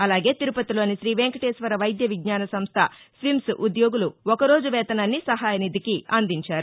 అలాగే తిరుపతిలోని రీవేంకటేశ్వర వైద్య విజ్ఞాన సంస్ధ స్విమ్స్ ఉద్యోగులు ఒకరోజు వేతనాన్ని సహాయనిధికి అందించారు